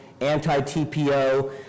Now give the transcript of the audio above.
anti-TPO